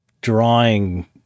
drawing